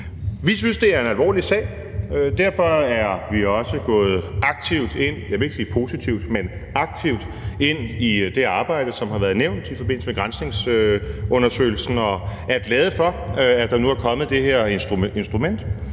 Vi synes, det er en alvorlig sag. Derfor er vi også gået aktivt ind – jeg vil ikke sige positivt – i det arbejde, der har været nævnt i forbindelse med granskningsundersøgelsen, og er glade for, at der nu er kommet det her instrument,